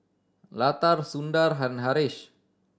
Lata Sundar and Haresh